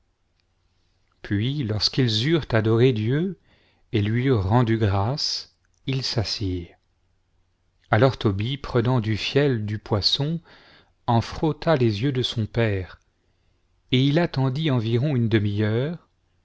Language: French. puis lorsqu'ils eurent adoré dieu et lui eurent rendu grâces ils s'assirent alors tobie prenant du fiel du poisson en frotta les yeux de son père et il attendit environ une demiheure